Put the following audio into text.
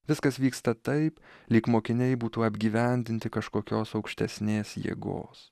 viskas vyksta taip lyg mokiniai būtų apgyvendinti kažkokios aukštesnės jėgos